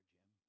Jim